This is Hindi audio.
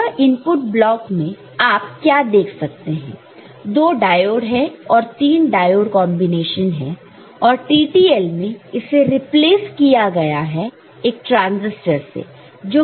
तो यह इनपुट ब्लॉक में आप क्या देख सकते हैं दो डायोड हैं और तीन डायोड कॉन्बिनेशन है और TTL में इसे रिप्लेस किया गया है एक ट्रांसिस्टर से जो कि कुछ ऐसा है